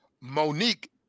Monique